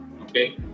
Okay